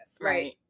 right